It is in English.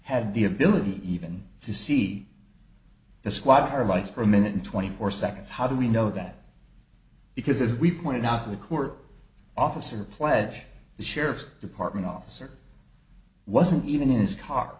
had the ability even to see the squad car lights for a minute and twenty four seconds how do we know that because as we pointed out to the court officer pledge the sheriff's department officer wasn't even in his c